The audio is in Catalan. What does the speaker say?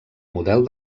model